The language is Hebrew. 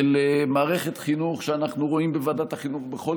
של מערכת חינוך שאנחנו רואים בוועדת החינוך בכל